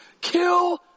Kill